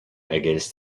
against